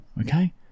okay